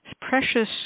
precious